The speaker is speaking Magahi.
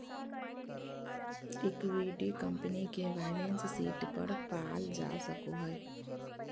इक्विटी कंपनी के बैलेंस शीट पर पाल जा सको हइ